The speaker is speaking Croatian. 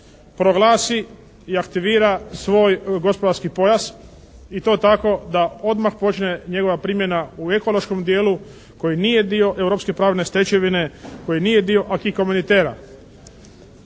proglasi i aktivira svoj gospodarski pojas i to tako da odmah počne njegova primjena u ekološkom dijelu koji nije dio europske pravne stečevine, koji nije dio Acquis Comunitaire.